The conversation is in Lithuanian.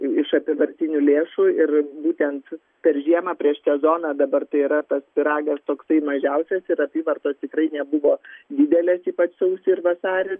iš apyvartinių lėšų ir būtent per žiemą prieš sezoną dabar tai yra tas pyragas toksai mažiausias ir apyvartos tikrai nebuvo didelės ypač sausį ir vasarį